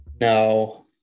No